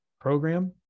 program